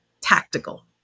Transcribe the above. tactical